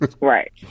Right